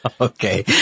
Okay